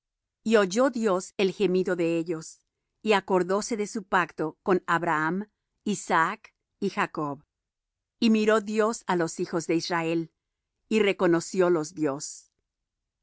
y oyó dios el gemido de ellos y acordóse de su pacto con abraham isaac y jacob y miró dios á los hijos de israel y reconociólos dios